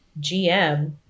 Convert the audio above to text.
GM